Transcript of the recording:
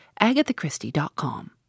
agathachristie.com